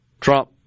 Trump